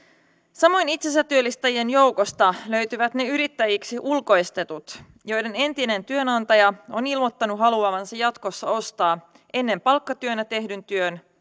samoin itsensätyöllistäjien joukosta löytyvät ne yrittäjiksi ulkoistetut joiden entinen työnantaja on ilmoittanut haluavansa jatkossa ostaa ennen palkkatyönä tehdyn työn